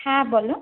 হ্যাঁ বলো